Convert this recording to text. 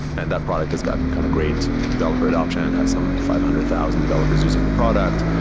and that product has gotten kind of great developer adaption. has some five hundred thousand developers using the product.